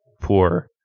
poor